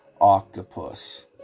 octopus